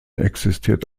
existiert